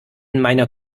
meiner